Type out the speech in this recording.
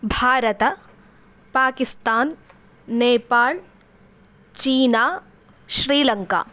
भारतं पाकिस्तान् नेपाल् चीना श्रीलङ्का